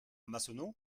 massonneau